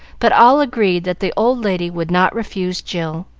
but all agreed that the old lady would not refuse jill.